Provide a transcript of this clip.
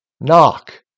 Knock